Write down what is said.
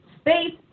space